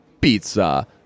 pizza